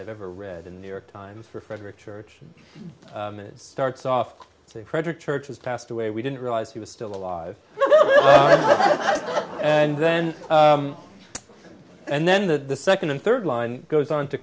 i've ever read in the york times for frederick church and it starts off as a frederick church was passed away we didn't realize he was still alive and then and then the second and third line goes on to